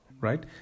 right